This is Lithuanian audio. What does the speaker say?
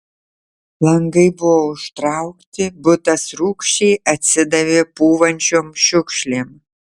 langai buvo užtraukti butas rūgščiai atsidavė pūvančiom šiukšlėm